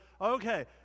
okay